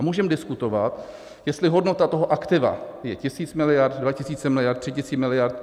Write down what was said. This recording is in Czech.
A můžeme diskutovat, jestli hodnota toho aktiva je tisíc miliard, dva tisíce miliard, tři tisíce miliard.